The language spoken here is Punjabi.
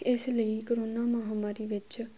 ਇਸ ਲਈ ਕਰੋਨਾ ਮਹਾਂ ਮਾਰੀ ਵਿੱਚ